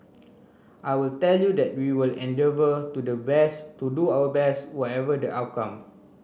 I will tell you that we will endeavour to the west to do our best whatever the outcome